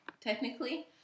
technically